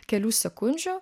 kelių sekundžių